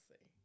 see